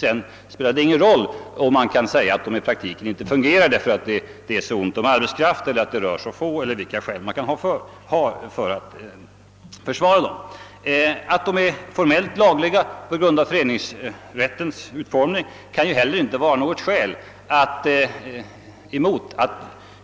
Det kan inte vara riktigt att säga att de inte fungerar i praktiken därför att det är så ont om arbetskraft, att det rör så få personer 0. s. v. Att de är formellt lagliga på grund av föreningsrättens utformning kan inte heller vara något skäl emot att